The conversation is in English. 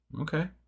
okay